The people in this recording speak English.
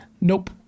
Nope